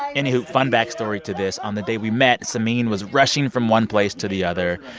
anywho fun backstory to this, on the day we met, samin was rushing from one place to the other.